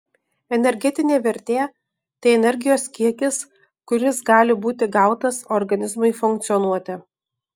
energetinė vertė tai energijos kiekis kuris gali būti gautas organizmui funkcionuoti